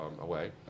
away